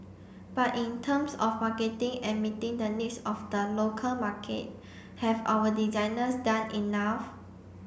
but in terms of marketing and meeting the needs of the local market have our designers done enough